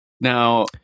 Now